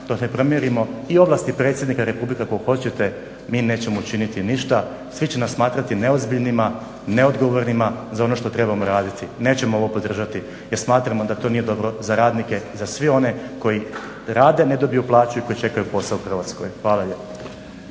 dok ne promijenimo i ovlasti predsjednika Republike, ako hoćete, mi nećemo učiniti ništa, svi će nas smatrati neozbiljnima, neodgovornima za ono što trebamo raditi. Nećemo ovo podržati jer smatramo da to nije dobro za radnike, za sve one koji rade, a ne dobivaju plaću i koji čekaju posao u Hrvatskoj. Hvala lijepo.